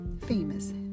famous